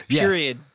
Period